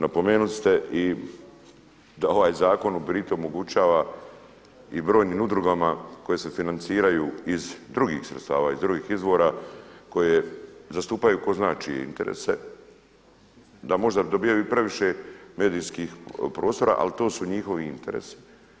Napomenuli ste i da ovaj zakon i pri tom omogućava i brojnim udrugama koje se financiraju iz drugih sredstava, iz drugih izvora koje zastupaju tko zna čije interese, da možda dobivaju previše medijskih prostora ali to su njihovi interesi.